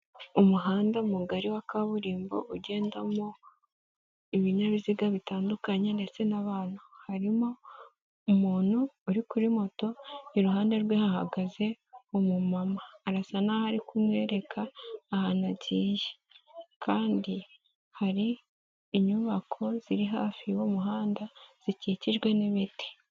Umuhanda mugari wa kaburimbo ugendamo ibinyabiziga bitandukanye ndetse n'abantu, harimo umuntu uri kuri moto, iruhande rwe hahagaze umumama arasa n'aho ari kumwereka ahantu agiye kandi hari inyubako ziri hafi y'uwo muhanda zikikijwe n'imiti.